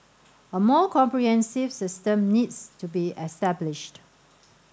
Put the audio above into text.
a more comprehensive system needs to be established